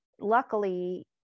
luckily